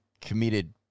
committed